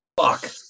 fuck